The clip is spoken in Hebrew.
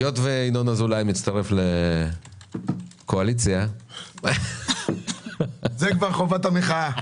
היות וינון אזולאי מצטרף לקואליציה --- זה כבר חובת המחאה.